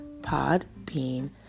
Podbean